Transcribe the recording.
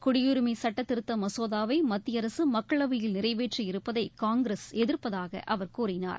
குடியுரிமை சட்டத்திருத்த மசோதாவை மத்திய அரசு மக்களவையில் நிறைவேற்றி இருப்பதை காங்கிரஸ் எதிர்ப்பதாக அவர் கூறினார்